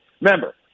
remember